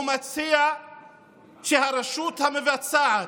הוא מציע שהרשות המבצעת,